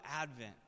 Advent